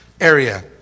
area